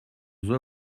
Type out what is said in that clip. leurs